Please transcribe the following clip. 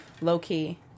low-key